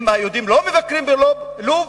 אם היהודים לא מבקרים בלוב,